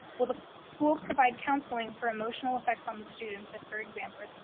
will the school provide counseling for emotional effects on the students if, for example,